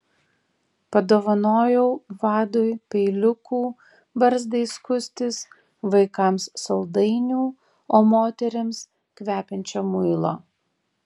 padovanojau vadui peiliukų barzdai skustis vaikams saldainių o moterims kvepiančio muilo